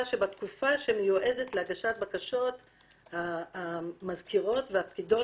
שבתקופה שמיועדת להגשת בקשות המזכירות והפקידות,